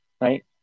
Right